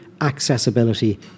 accessibility